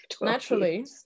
Naturally